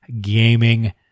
gaming